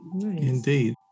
Indeed